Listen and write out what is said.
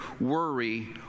worry